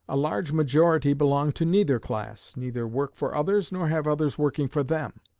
a large majority belong to neither class neither work for others, nor have others working for them.